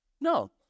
No